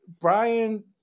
Brian